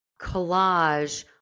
collage